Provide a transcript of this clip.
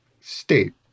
state